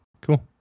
cool